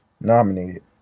nominated